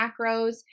macros